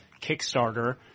Kickstarter